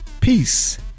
Peace